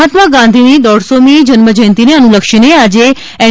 મહાત્મા ગાંધીની દોઢસોમી જન્મજયંતિને અનુલક્ષીને આજે એન